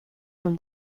from